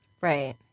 Right